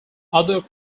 other